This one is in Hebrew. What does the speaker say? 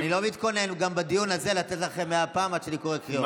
אני לא מתכונן גם בדיון הזה לתת לכם מאה פעם עד שאני אקרא קריאות.